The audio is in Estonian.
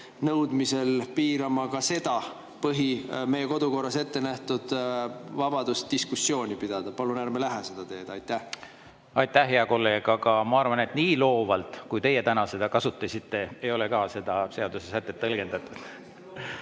nõudmisel piirama ka seda meie kodukorras ettenähtud vabadust diskussiooni pidada. Palun ärme lähme seda teed! Aitäh, hea kolleeg! Aga ma arvan, et nii loovalt, kui teie täna seda kasutasite, ei ole seda seadusesätet tõlgendatud.No